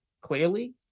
clearly